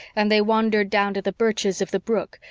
and they wandered down to the birches of the brook,